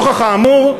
נוכח האמור,